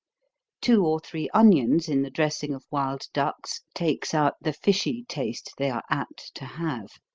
two or three onions in the dressing of wild ducks, takes out the fishy taste they are apt to have.